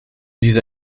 diese